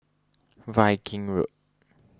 Viking Road